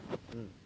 um